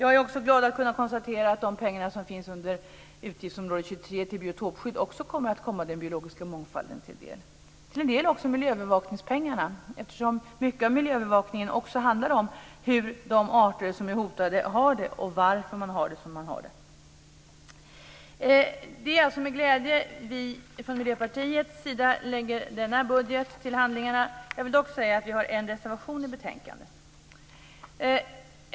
Jag är också glad att kunna konstatera att de pengar som finns under utgiftsområde 23 till biotopskydd också kommer att komma den biologiska mångfalden till del, till en del också miljöbevakningspengarna, eftersom mycket av miljöbevakningen handlar om hur de arter som är hotade har det och varför det är som det är. Det är alltså med glädje som vi från Miljöpartiet lägger denna budget till handlingarna. Jag vill också påpeka att vi har en reservation i betänkandet.